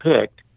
picked